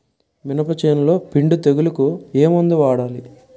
మినప చేనులో పిండి తెగులుకు ఏమందు వాడాలి?